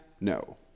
No